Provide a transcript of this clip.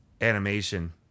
animation